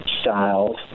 styles